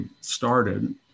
started